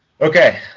Okay